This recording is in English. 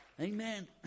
Amen